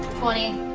twenty.